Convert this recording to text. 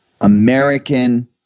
American